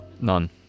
None